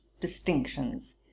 distinctions